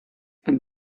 and